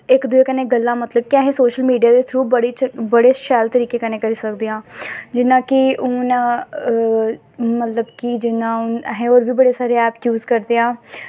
इक दुए कन्नै गल्लां मतलब कि बड़ी शैल तरीके कन्नै करी सकदे आं जि'यां कि हून मतलब कि अस होर बी बड़े सारे ऐप जूस करदे आं